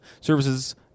services